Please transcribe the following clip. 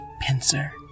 pincer